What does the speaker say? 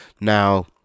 Now